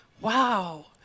Wow